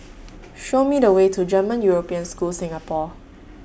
Show Me The Way to German European School Singapore